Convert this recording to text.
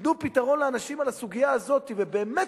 תנו לאנשים פתרון לסוגיה הזאת ובאמת